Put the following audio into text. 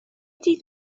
dydd